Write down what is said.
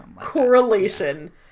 correlation